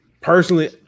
personally